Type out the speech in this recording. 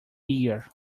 year